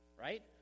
Right